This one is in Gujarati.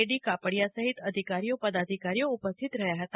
ડી કાપડિથા સહીત અધિકારીઓ પદાધિકારીઓ ઉપસ્થિત રહ્યા હતા